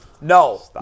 No